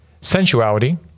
sensuality